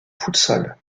futsal